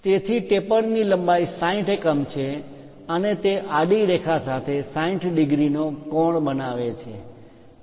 તેથી ટેપર ની લંબાઈ 60 એકમ છે અને તે આડી રેખા સાથે 60 ડિગ્રીનો કોણ બનાવે છે